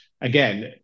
again